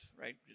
right